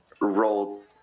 roll